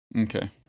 Okay